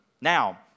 Now